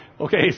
Okay